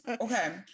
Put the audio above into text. okay